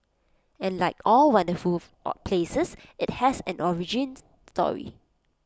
and like all wonderful places IT has an origin story